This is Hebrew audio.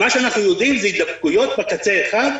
מה שאנחנו יודעים זה הידבקויות בקצה האחד,